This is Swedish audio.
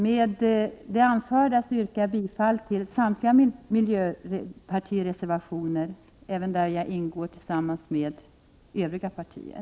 Med det anförda yrkar jag bifall till samtliga miljöpartireservationer och även till dem där jag ingår tillsammans med andra partier.